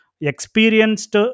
experienced